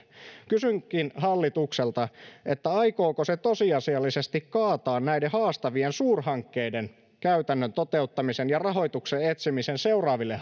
kysynkin hallitukselta aikooko se tosiasiallisesti kaataa näiden haastavien suurhankkeiden käytännön toteuttamisen ja rahoituksen etsimisen seuraaville